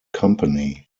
company